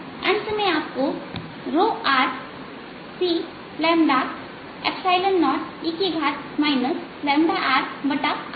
अंत में आपको c0e rr2मिलता है